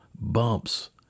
bumps